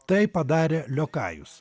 tai padarė liokajus